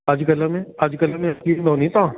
अॼुकल्ह में अॼुकल्ह में ईंदो नी तव्हां